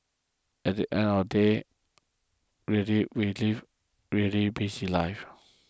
at the end of the day really we live really busy lives